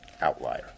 outlier